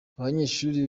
abanyeshuri